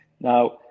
Now